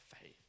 faith